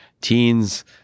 teens